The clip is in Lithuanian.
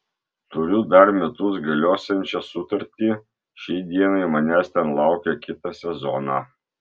turiu dar metus galiosiančią sutartį šiai dienai manęs ten laukia kitą sezoną